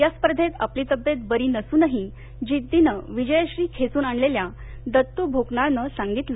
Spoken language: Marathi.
या स्पर्धेत आपली तब्येत बरी नसूनही जिद्दीने विजयश्री खेचून आणलेल्या दत्तू भोकनाळनं सांगितलं